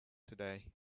today